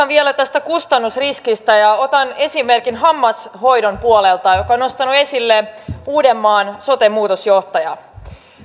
vielä tästä kustannusriskistä ja otan esimerkin hammashoidon puolelta jonka on nostanut esille uudenmaan sote muutosjohtaja